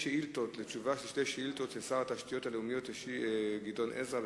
לתשובות של שר התשתיות הלאומיות עוזי לנדאו על שתי שאילתות,